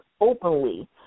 openly